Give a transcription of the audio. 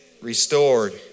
restored